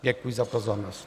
Děkuji za pozornost.